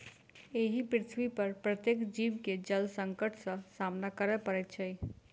एहि पृथ्वीपर प्रत्येक जीव के जल संकट सॅ सामना करय पड़ैत छै